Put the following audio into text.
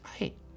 right